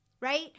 right